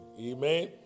Amen